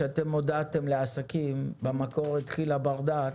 כשהודעתם לעסקים, במקור התחיל הברדק,